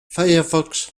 firefox